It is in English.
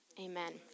Amen